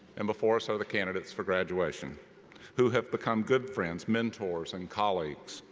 and before us are the candidates for graduation who have become good friends, mentors, and colleagues,